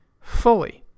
fully